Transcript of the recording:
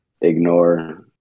ignore